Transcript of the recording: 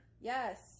Yes